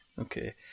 Okay